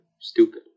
stupid